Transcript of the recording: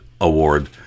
award